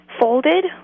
folded